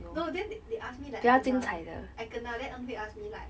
no then they ask me like I kena I kena then en hui ask me like